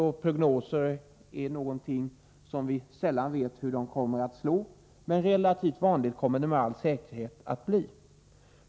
Vi vet inte hur prognoserna kommer att slå, men relativt vanligt kommer det med all säkerhet att bli.